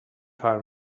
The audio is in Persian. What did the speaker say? کار